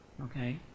okay